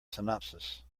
synopsis